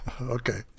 Okay